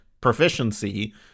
proficiency